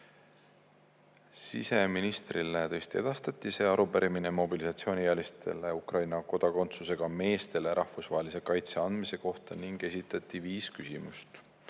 Siseministrile tõesti edastati arupärimine mobilisatsiooniealistele Ukraina kodakondsusega meestele rahvusvahelise kaitse andmise kohta ning esitati viis küsimust.